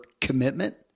commitment